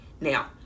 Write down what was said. Now